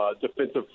Defensive